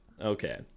okay